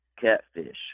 catfish